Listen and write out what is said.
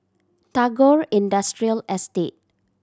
Tagore Industrial Estate